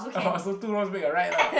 oh so two wrongs make a right lah